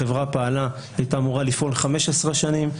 החברה הייתה אמורה לפעול 15 שנים,